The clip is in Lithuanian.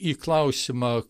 į klausimą